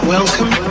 Welcome